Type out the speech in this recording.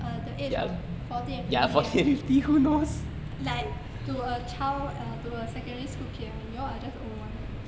uh the age of forty and fifty ah like to a child to a secondary school kid right you all are just old ah